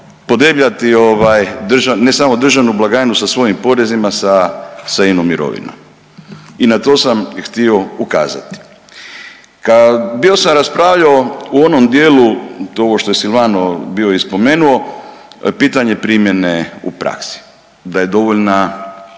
podebljati ovaj ne samo državnu blagajnu sa svojim porezima sa …/Govornik se ne razumije./… mirovina. I na to sam htio ukazati. Bio sam raspravljao u onom dijelu ovo što je Silvano bio i spomenuo, pitanje primjene u praksi da je dovoljna